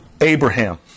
Abraham